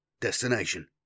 destination